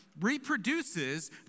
reproduces